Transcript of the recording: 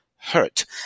hurt